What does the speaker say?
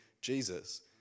Jesus